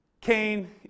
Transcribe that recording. Cain